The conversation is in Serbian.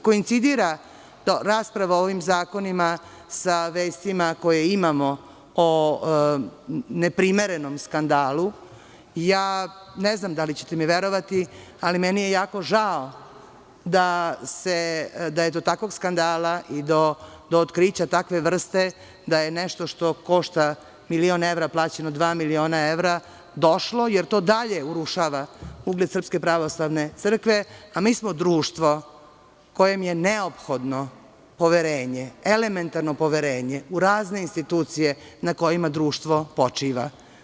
Koincidira rasprava o ovi zakonima sa vestima koje imamo o neprimerenom skandalu, ne znam da li ćete mi verovati, ali meni je jako žao da je do takvog skandala i do otkrića takve vrste, da je nešto što košta milion evra, plaćeno dva miliona evra došlo, jer to dalje urušava ugled Srpske pravoslavne crkve, a mi smo društvo kojem je neophodno poverenje, elementarno poverenje u razne institucije na kojima društvo počiva.